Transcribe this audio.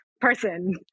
person